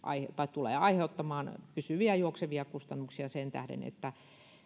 tulee aiheuttamaan pysyviä juoksevia kustannuksia sen tähden että